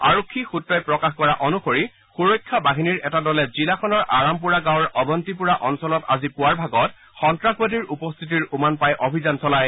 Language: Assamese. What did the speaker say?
আৰক্ষী সুত্ৰই প্ৰকাশ কৰা অনুসৰি সুৰক্ষা বাহিনীৰ এটা দলে জিলাখনৰ আৰামপোৰা গাঁৱৰ অৱন্তিপোৰা অঞ্চলত আজি পুৱাৰ ভাগত সন্তাসবাদীৰ উপস্থিতিৰ উমান পাই অভিযান চলায়